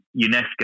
UNESCO